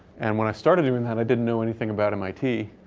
and when i started doing that, i didn't know anything about mit.